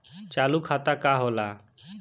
चालू खाता का होला?